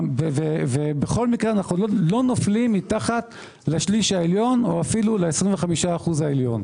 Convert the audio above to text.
ובכל מקרה לא נופלים מתחת לשליש העליון או אפילו ל-25% העליון.